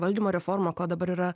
valdymo reforma ko dabar yra